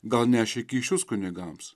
gal nešė kyšius kunigams